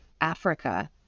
Africa